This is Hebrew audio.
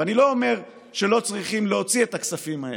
ואני לא אומר שלא צריכים להוציא את הכספים האלה,